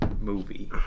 movie